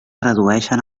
redueixen